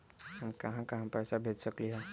हम कहां कहां पैसा भेज सकली ह?